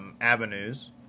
avenues